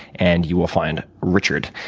and you will find richard.